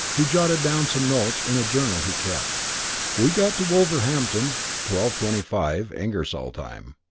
who jotted down some notes in a journal he kept we got to wolverhampton twelve twenty five, ingersoll time.